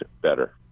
better